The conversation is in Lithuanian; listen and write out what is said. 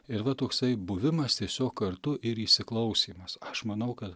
ir va toksai buvimas tiesiog kartu ir įsiklausymas aš manau kad